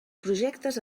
projectes